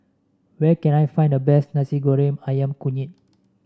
where can I find the best Nasi Goreng ayam kunyit